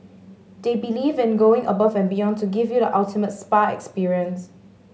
they believe in going above and beyond to give you the ultimate spa experience